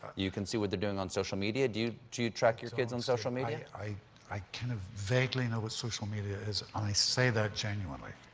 you can see what they're doing on social media. do do you track your kids on social media? i i kind of vaguely know what social media is, and i say that genuinely.